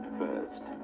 first